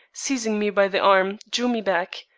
seizing me by the arm, drew me back.